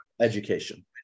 education